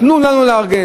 תנו לנו לארגן,